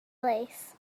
lace